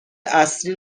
اصلی